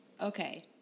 Okay